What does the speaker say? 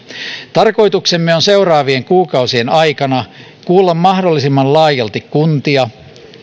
tarkoituksemme on seuraavien kuukausien aikana kuulla mahdollisimman laajalti kuntia